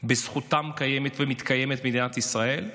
בזכותם קיימת ומתקיימת מדינת ישראל.